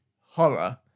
horror